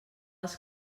als